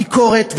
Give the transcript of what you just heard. הביקורת,